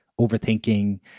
overthinking